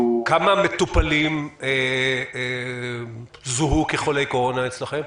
-- כמה מטופלים זוהו כחולי קורונה אצלכם?